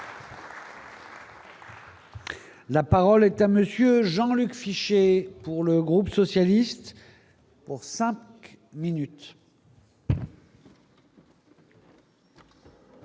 La parole est à monsieur Jean-Luc Fichet pour le groupe socialiste, pour 5 minutes.